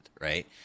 right